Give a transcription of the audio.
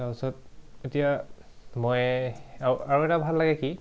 তাৰপিছত এতিয়া মই আৰু আৰু এটা ভাল লাগে কি